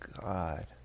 God